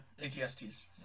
ATSTs